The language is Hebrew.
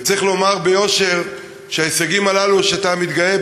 וצריך לומר ביושר שההישגים הללו שאתה מתגאה,